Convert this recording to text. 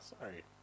Sorry